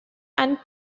and